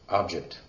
object